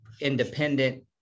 independent